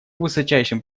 высочайшим